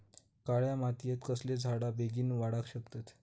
काळ्या मातयेत कसले झाडा बेगीन वाडाक शकतत?